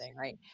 right